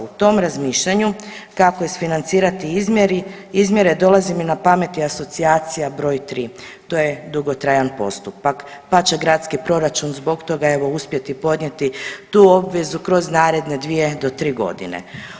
U to razmišljanju kako isfinancirati izmjeri, izmjere dolazi mi na pamet i asocijacija broj 3 to je dugotrajan postupak pa će gradski proračun zbog toga evo uspjeti podnijeti tu obvezu kroz naredne 2 do 3 godine.